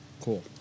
Cool